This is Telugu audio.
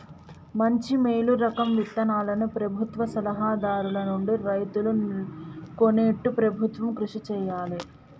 మంచి మేలు రకం విత్తనాలను ప్రభుత్వ సలహా దారుల నుండి రైతులు కొనేట్టు ప్రభుత్వం కృషి చేయాలే